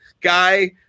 guy